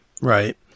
right